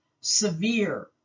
severe